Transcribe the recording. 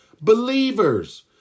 believers